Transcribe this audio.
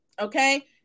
okay